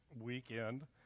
weekend